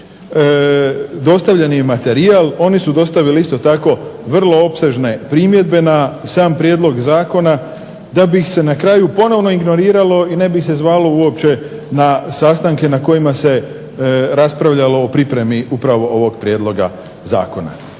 uključi dostavljen im je materijal, oni su dostavili isto tako vrlo opsežne primjedbe na sam prijedlog zakona da bi ih se na kraju ponovno ignoriralo i ne bi ih se zvalo uopće na sastanke na kojima se raspravljalo o pripremi upravo ovoga prijedloga zakona.